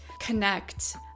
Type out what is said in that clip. connect